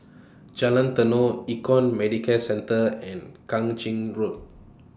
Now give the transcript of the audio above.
Jalan Tenon Econ Medicare Centre and Kang Ching Road